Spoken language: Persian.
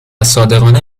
صادقانه